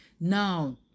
Now